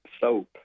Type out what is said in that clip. soap